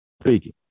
speaking